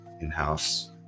in-house